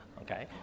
okay